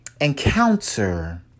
encounter